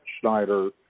Schneider